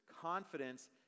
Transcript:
confidence